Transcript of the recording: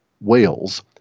Wales